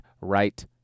right